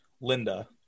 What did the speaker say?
Linda